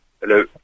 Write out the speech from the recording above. Hello